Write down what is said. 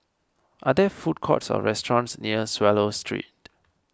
are there food courts or restaurants near Swallow Street